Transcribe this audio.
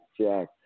Jack